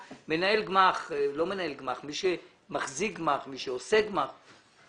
מי שמחזיק גמ"ח, מי שעושה גמ"ח,